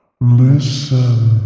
listen